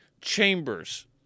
Chambers